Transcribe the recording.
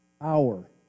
hour